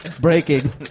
Breaking